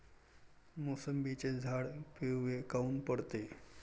मोसंबीचे झाडं पिवळे काऊन पडते?